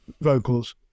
vocals